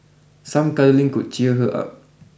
some cuddling could cheer her up